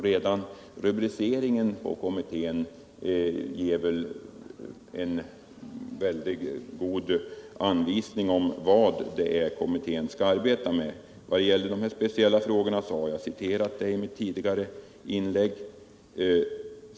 Redan rubriceringen av kommittén ger väl en god anvisning om vad kommittén skall arbeta med. Beträffande de här speciella frågorna vill jag erinra om vad jag citerat i tidigare inlägg.